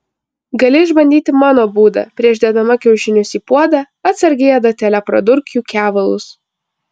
gali išbandyti mano būdą prieš dėdama kiaušinius į puodą atsargiai adatėle pradurk jų kevalus